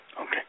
Okay